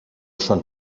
schon